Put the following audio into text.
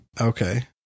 Okay